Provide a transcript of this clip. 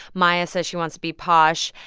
maya says she wants to be posh.